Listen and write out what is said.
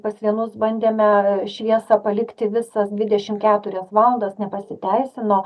pas vienus bandėme šviesą palikti visas dvidešimt keturias valandas nepasiteisino